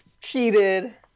cheated